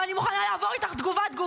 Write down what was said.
ואני מוכנה לעבור איתך תגובה-תגובה.